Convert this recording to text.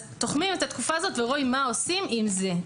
תוחמים את התקופה הזאת ורואים מה עושים עם זה.